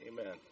Amen